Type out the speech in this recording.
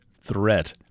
threat